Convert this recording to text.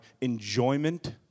enjoyment